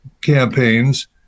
campaigns